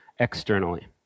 externally